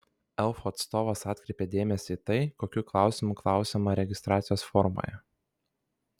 elfų atstovas atkreipė dėmesį į tai kokių klausimų klausiama registracijos formoje